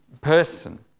person